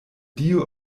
dio